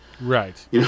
Right